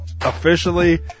officially